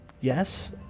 Yes